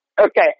Okay